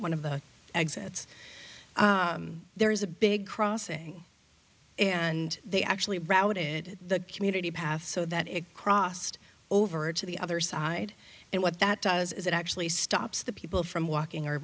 one of the exits there is a big crossing and they actually brought it in the community path so that it crossed over to the other side and what that does is it actually stops the people from walking or